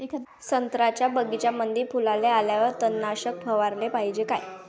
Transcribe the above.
संत्र्याच्या बगीच्यामंदी फुलाले आल्यावर तननाशक फवाराले पायजे का?